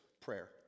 prayer